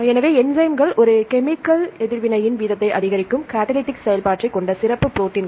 எனவே என்சைம்கள் ஒரு கெமிக்கல் எதிர்வினையின் வீதத்தை அதிகரிக்கும் கடலிடிக் செயல்பாட்டைக் கொண்ட சிறப்பு ப்ரோடீன்கள்